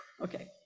Okay